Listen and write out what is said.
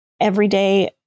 everyday